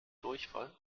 durchfall